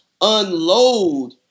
unload